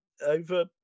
over